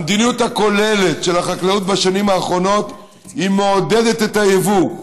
המדיניות הכוללת של החקלאות בשנים האחרונות מעודדת את היבוא,